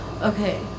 okay